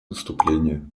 выступления